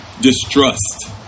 distrust